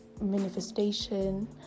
manifestation